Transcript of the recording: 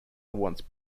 wants